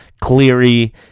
Cleary